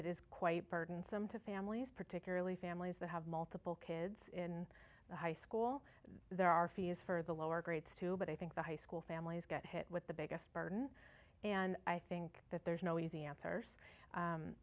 is quite burdensome to families particularly families that have multiple kids in the high school there are fees for the lower grades too but i think the high school families get hit with the biggest burden and i think that there's no easy answers